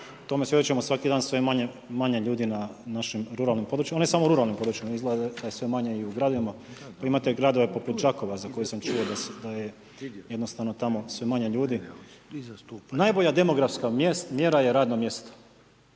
tome svjedočimo svaki dan sve manje je ljudi na našim ruralnim područjima, ne samo u ruralnim područjima, izgleda da je sve manje i u gradovima, pa imate gradove poput Đakova za koje sam čuo da je jednostavno tamo sve manje ljudi. Najbolja demografska mjera je radno mjesto.